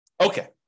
Okay